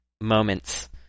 moments